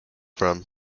from